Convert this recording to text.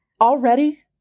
already